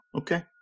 Okay